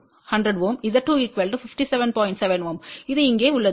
7 Ω இது இங்கே உள்ளது